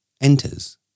enters